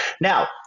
Now